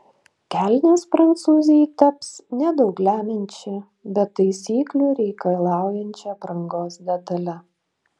kelnės prancūzei taps nedaug lemiančia bet taisyklių reikalaujančia aprangos detale